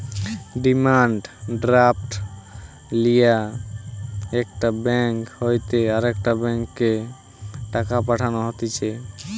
demand draft লিয়ে একটা bank হইতে আরেকটা ব্যাংকে টাকা পাঠানো হতিছে